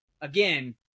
again